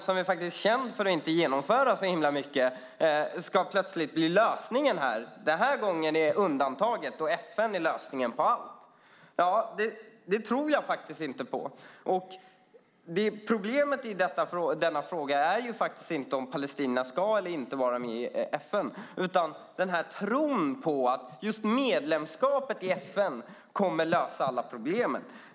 FN är ju känt för att inte genomföra särskilt mycket, men plötsligt ska det bli lösningen. Det här är undantaget, och FN är lösningen på allt. Det där tror jag inte på. Problemet är inte om palestinierna ska vara med i FN eller inte. Problemet är tron på att just medlemskapet i FN kommer att lösa alla problem.